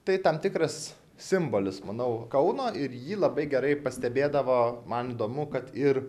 tai tam tikras simbolis manau kauno ir jį labai gerai pastebėdavo man įdomu kad ir